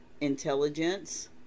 intelligence